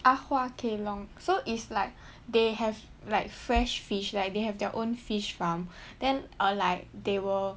Ah Hua Kelong so is like they have like fresh fish like they have their own fish farm then err like they will